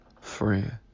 friend